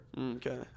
okay